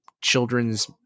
Children's